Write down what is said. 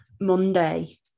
Monday